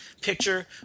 picture